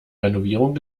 renovierung